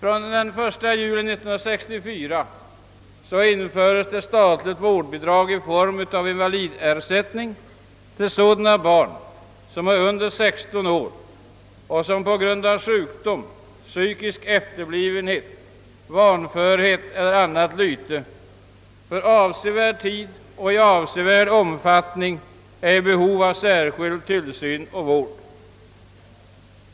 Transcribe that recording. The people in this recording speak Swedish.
Den 1 juli 1964 infördes ett statligt vårdbidrag i form av invalidersättning till sådana barn som är under 16 år och som på grund av sjukdom, psykisk efterblivenhet, vanförhet eller annat lyte för avsevärd tid och i avsevärd omfattning är i behov av särskild tillsyn och vård.